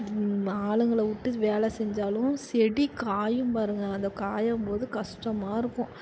ஆளுங்களை விட்டு வேலை செஞ்சாலும் செடி காயும் பாருங்கள் அந்த காயும்போது கஸ்டமாக இருக்கும்